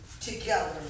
together